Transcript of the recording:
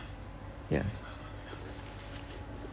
ya